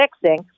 fixing